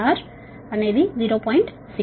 6